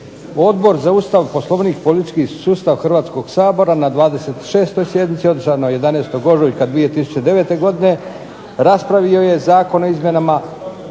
Odbor za Ustav, Poslovnik i politički sustav Hrvatskog sabora na 26. sjednici održanoj 11. ožujka 2009. godine raspravio je Zakon o izmjenama